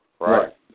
Right